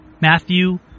Matthew